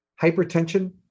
hypertension